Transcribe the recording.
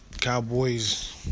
Cowboys